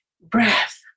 breath